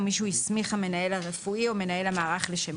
או מי שהסמיך המנהל הרפואי או מנהל המערך לשם